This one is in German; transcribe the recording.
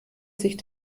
sich